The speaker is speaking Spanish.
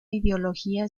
ideología